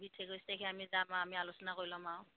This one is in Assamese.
বিছ তাৰিখে আমি যাম আমি আলোচনা কৰি লম আৰু